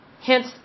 Hence